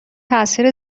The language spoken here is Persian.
تاثیر